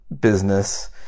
business